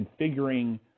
configuring